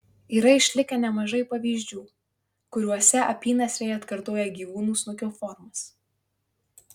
yra išlikę nemažai pavyzdžių kuriuose apynasriai atkartoja gyvūnų snukio formas